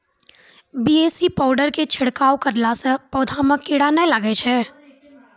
BAC powder के छिड़काव करला से पौधा मे कीड़ा नैय लागै छै?